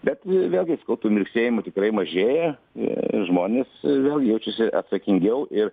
bet vėlgi sakau tų mirksėjimų tikrai mažėja ir žmonės vėl jaučiasi atsakingiau ir